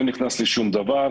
לא נכנס לשום דבר,